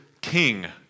king